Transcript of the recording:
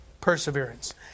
Perseverance